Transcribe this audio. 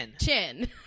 chin